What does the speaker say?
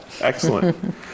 Excellent